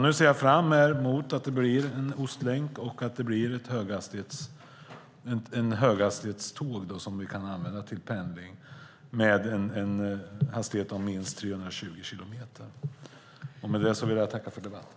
Nu ser jag fram emot att Ostlänken blir av och att det blir ett höghastighetståg som vi kan använda till pendling med en hastighet av minst 320 kilometer i timmen. Med det vill jag tacka för debatten.